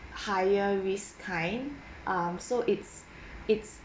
higher risk kind um so it's it's